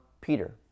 Peter